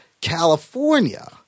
California